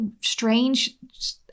strange